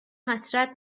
حسرت